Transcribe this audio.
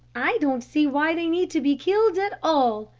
i don't see why they need to be killed at all,